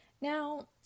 Now